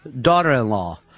daughter-in-law